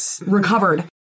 recovered